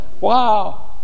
Wow